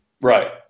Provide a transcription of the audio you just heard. Right